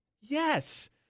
yes